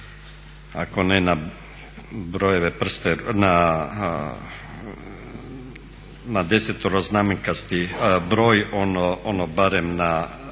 ako ne na 10-znamenkasti broj ono barem na